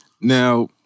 Now